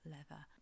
Leather